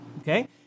okay